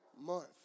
month